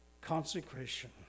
Consecration